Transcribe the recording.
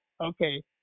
Okay